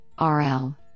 RL